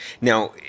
Now